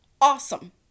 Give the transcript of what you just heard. awesome